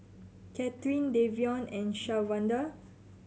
Katherin Davion and Shawanda